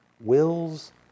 wills